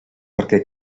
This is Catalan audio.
perquè